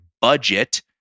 budget